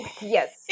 Yes